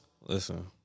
Listen